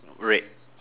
red